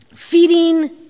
Feeding